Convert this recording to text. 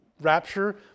rapture